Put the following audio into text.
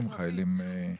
חיילים.